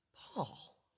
Paul